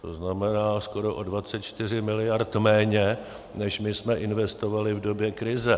To znamená, skoro o 24 mld. méně, než my jsme investovali v době krize.